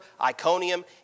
Iconium